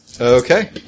Okay